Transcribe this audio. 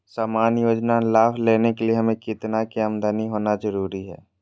सामान्य योजना लाभ लेने के लिए हमें कितना के आमदनी होना जरूरी है?